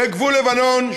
בגבול לבנון.